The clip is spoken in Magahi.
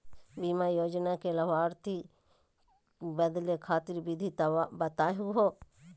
बीमा योजना के लाभार्थी क बदले खातिर विधि बताही हो?